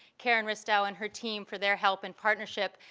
karen ristow and her team for their help in partnership.